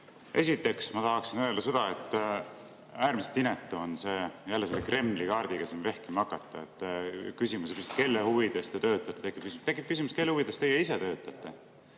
Esiteks ma tahaksin öelda seda, et äärmiselt inetu on jälle selle Kremli-kaardiga siin vehkima hakata, küsimusega: "Kelle huvides te töötate?" Tekib küsimus, kelle huvides teie ise töötate.